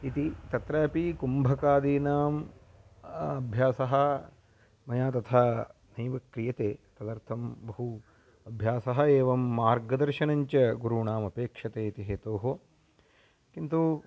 इति तत्रापि कुम्भकादीनाम् अभ्यासः मया तथा नैव क्रियते तदर्थं बहु अभ्यासः एवं मार्गदर्शनञ्च गुरूणामपेक्षते इति हेतोः किन्तु